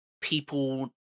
people